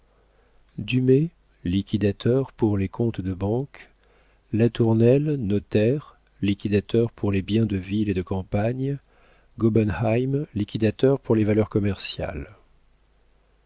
dumay liquidateur pour les comptes de banque latournelle notaire liquidateur pour les biens de ville et de campagne gobenheim liquidateur pour les valeurs commerciales